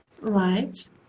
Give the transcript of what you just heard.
right